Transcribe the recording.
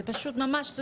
זה פשוט ממש,